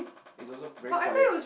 it's also very quiet